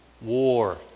War